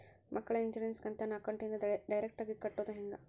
ಮಕ್ಕಳ ಇನ್ಸುರೆನ್ಸ್ ಕಂತನ್ನ ಅಕೌಂಟಿಂದ ಡೈರೆಕ್ಟಾಗಿ ಕಟ್ಟೋದು ಹೆಂಗ?